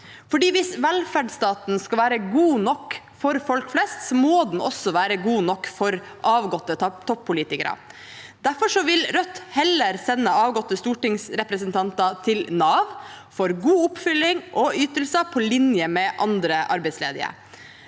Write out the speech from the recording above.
Hvis velferdsstaten skal være god nok for folk flest, må den også være god nok for avgåtte toppolitikere. Derfor vil Rødt heller sende avgåtte stortingsrepresentanter til Nav for god oppfølging og ytelser på linje med andre arbeidsledige.